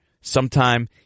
sometime